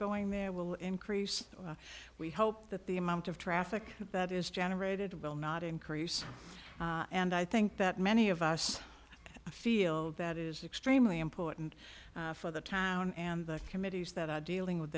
going there will increase we hope that the amount of traffic that is generated will not increase and i think that many of us feel that is extremely important for the town and the committees that are dealing with